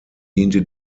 diente